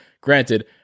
Granted